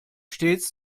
stets